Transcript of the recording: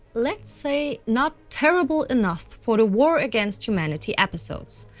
let's say not terrible enough for the war against humanity episodes.